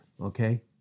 okay